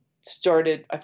started